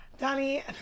Donnie